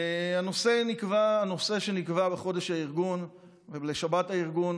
והנושא שנקבע בחודש הארגון ולשבת הארגון